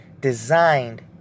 designed